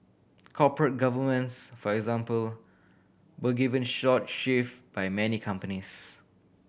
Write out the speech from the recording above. corporate governance for example were given short shrift by many companies